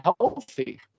healthy